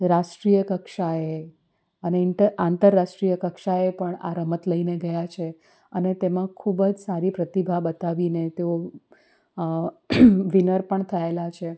રાષ્ટ્રીય કક્ષાએ અને આંતરરાષ્ટ્રીય કક્ષાએ પણ આ રમત લઈને ગયા છે અને તેમાં ખૂબ જ સારી પ્રતિભા બતાવીને તેઓ વિનર પણ થયેલા છે